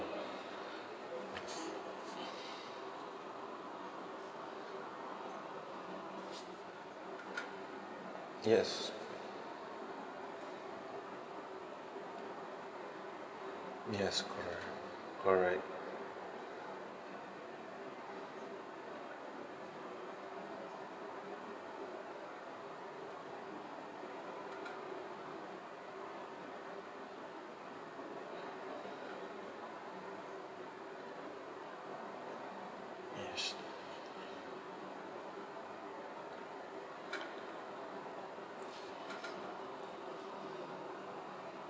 yes yes correct correct yes